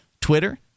Twitter